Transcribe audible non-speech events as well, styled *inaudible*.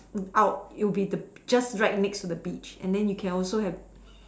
*noise* out you'll be the just right next to the beach and then you can also have